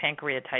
pancreatitis